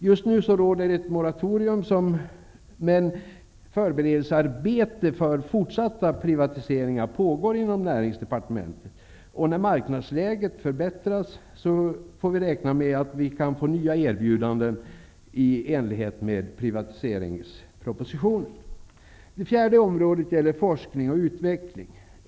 Just nu råder ett moratorium, men förberedelsearbetet för fortsatta privatiseringar pågår inom Näringsdepartementet, och när marknadsläget förbättrats får vi räkna med att nya erbjudanden kan komma i enlighet med privatiseringspropositionen. Det fjärde området är forskning och utveckling.